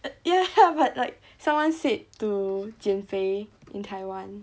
ya but like someone said to 减肥 in Taiwan